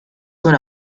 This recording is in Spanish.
son